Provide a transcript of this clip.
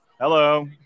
Hello